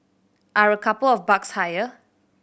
are a couple of bucks higher